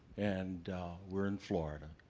and we're in florida.